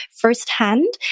firsthand